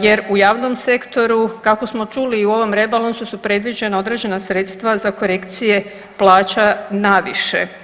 jer u javnom sektoru kako smo čuli i u ovom rebalansu su predviđena određena sredstva za korekcije plaća naviše.